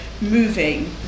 moving